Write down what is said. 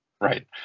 right